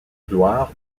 gloire